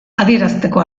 adierazteko